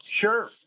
Sure